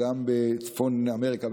גם בצפון אמריקה,